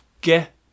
get